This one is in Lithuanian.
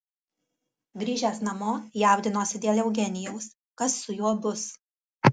grįžęs namo jaudinosi dėl eugenijaus kas su juo bus